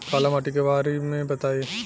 काला माटी के बारे में बताई?